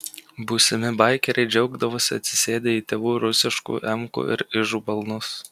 būsimi baikeriai džiaugdavosi atsisėdę į tėvų rusiškų emkų ar ižų balnus